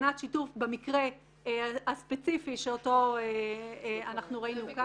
בכוונת שיתוף במקרה הספציפי שאותו אנחנו ראינו כאן.